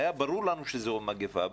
היה ברור לנו שמדובר במגיפה.